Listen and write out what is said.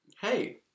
Hey